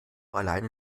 alleine